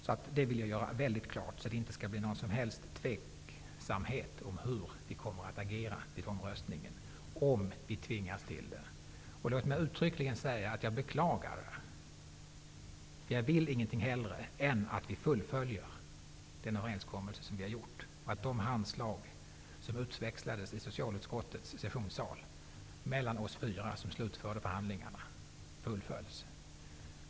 Jag vill göra det helt klart så att det inte skall bli någon som helst tvekan om hur vi kommer att agera vid omröstningen om vi tvingas till det. Låt mig uttryckligen säga att jag beklagar detta. Jag vill ingenting hellre än att vi fullföljer den överenskommelse som har träffats och att de handslag som utväxlades i socialutskottets sessionssal mellan oss fyra som slutförde förhandlingarna fullföljs.